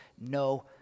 no